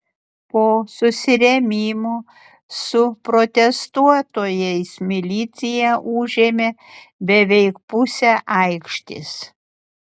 po susirėmimų su protestuotojais milicija užėmė beveik pusę aikštės